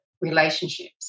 relationships